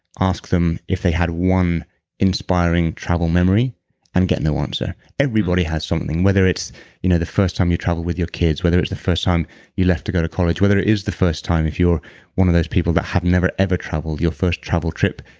ask them if they had one inspiring travel memory and getting their answer so everybody has something, whether it's you know the first time you traveled with your kids whether it's the first time you left to go to college, whether it is the first time, if you're one of those people that have never ever traveled, your first travel trip,